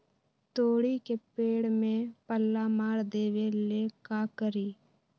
तोड़ी के पेड़ में पल्ला मार देबे ले का करी?